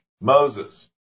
Moses